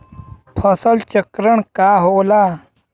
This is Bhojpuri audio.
फसल चक्रण का होला?